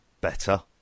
better